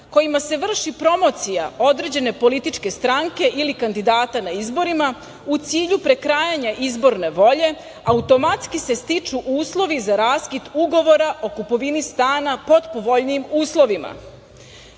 kojima se vrši promocija određene političke stranke ili kandidata na izborima u cilju prekrajanja izborne volje automatski se stiču uslovi za raskid ugovora o kupovina stana pod povoljnijim uslovima.